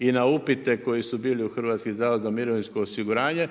I na upite koji su bili u HZMO-u